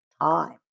time